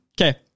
Okay